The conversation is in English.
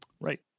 Right